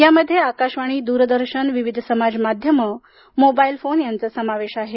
यामध्ये आकाशवाणी दूरदर्शन विविध समाज माध्यम मोबाइल फोन यांचा समावेश आहे